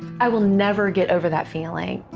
i will never get over that feeling.